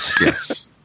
Yes